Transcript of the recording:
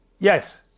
Yes